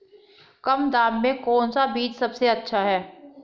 कम दाम में कौन सा बीज सबसे अच्छा है?